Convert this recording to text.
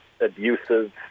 abusive